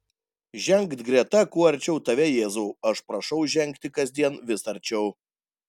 žengt greta kuo arčiau tave jėzau aš prašau žengti kasdien vis arčiau